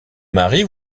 mari